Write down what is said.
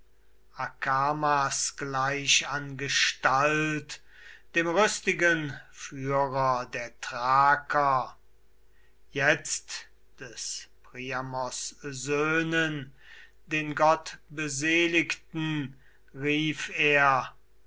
akamas gleich an gestalt dem rüstigen führer der thraker jetzt des priamos söhnen den gottbeseligten rief er